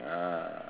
ah